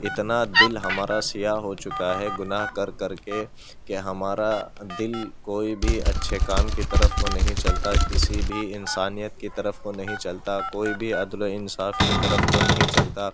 اتنا دل ہمارا سیاہ ہو چکا ہے گناہ کر کر کے كہ ہمارا دل كوئی بھی اچّھے كام كی طرف كو نہیں چلتا کسی بھی انسانیت کی طرف کو نہیں چلتا کوئی بھی عدل و انصاف کی طرف كو نہیں چلتا